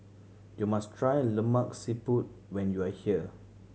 you must try Lemak Siput when you are here